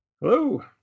Hello